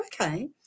okay